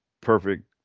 perfect